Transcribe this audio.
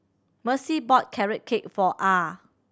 Mercy bought Carrot Cake for Ah